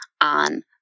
on